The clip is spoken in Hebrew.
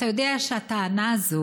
אתה יודע שהטענה הזאת